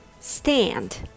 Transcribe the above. STAND